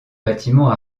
bâtiments